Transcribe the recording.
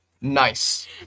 nice